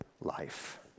life